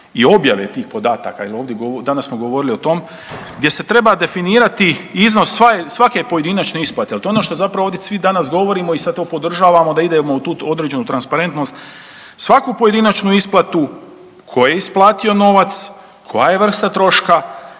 i objave tih podataka jer danas smo govorili o tome gdje se treba definirati iznos svake pojedinačne isplate jer to je ono što zapravo ovdje svi danas govorimo i sad to podržavamo, da idemo u tu određenu transparentnost, svaku pojedinačnu isplatu ko je isplatio novac, koja je vrsta troška,